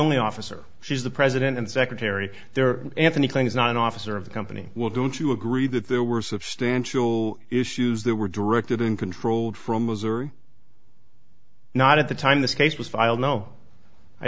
only officer she's the president and secretary there anthony thing is not an officer of the company will do to agree that there were substantial issues that were directed and controlled from missouri not at the time this case was filed no i